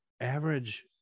average